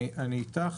אני איתך,